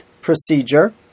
procedure